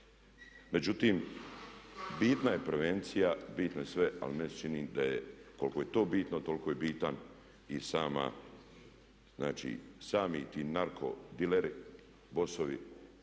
Međutim, bitna je prevencija, bitno je sve ali meni se čini koliko je to bitno toliko je bitan i sami ti narko dileri, bossovi